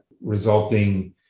resulting